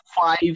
five